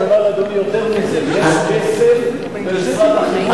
אני אומר לאדוני יותר מזה: יש כסף במשרד החינוך,